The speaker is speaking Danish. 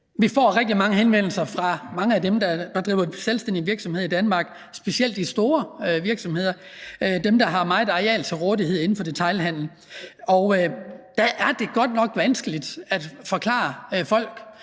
får rigtig mange henvendelser fra mange af dem, der driver selvstændig virksomhed i Danmark, specielt de store virksomheder, dem inden for detailhandelen, der har meget areal til rådighed. Der er det godt nok vanskeligt at forklare folk,